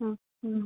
ம் ம்